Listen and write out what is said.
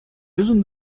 isn’t